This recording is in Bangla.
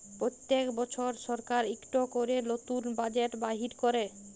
প্যত্তেক বসর সরকার ইকট ক্যরে লতুল বাজেট বাইর ক্যরে